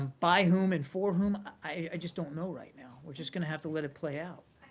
by whom and for whom, i just don't know right now. we're just going to have to let it play out.